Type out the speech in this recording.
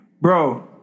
bro